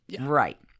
Right